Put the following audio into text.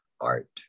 art